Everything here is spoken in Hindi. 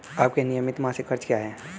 आपके नियमित मासिक खर्च क्या हैं?